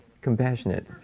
compassionate